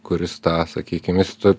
kuris tą sakykim jis to